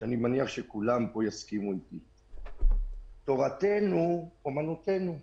ואני מניח שכולם פה יסכימו איתי: תורתנו אומנותנו.